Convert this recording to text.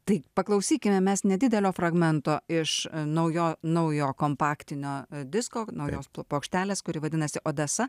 tai paklausykime mes nedidelio fragmento iš naujo naujo kompaktinio disko naujos plokštelės kuri vadinasi odesa